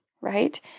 right